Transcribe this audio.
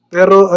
Pero